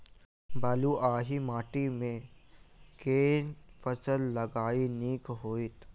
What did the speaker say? बलुआही माटि मे केँ फसल लगेनाइ नीक होइत?